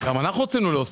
גם אנחנו רצינו להוסיף.